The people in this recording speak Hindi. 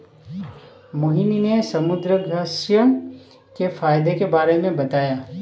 मोहिनी ने समुद्रघास्य के फ़ायदे के बारे में बताया